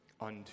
unto